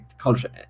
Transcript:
culture